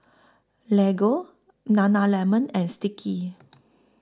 Lego Nana Lemon and Sticky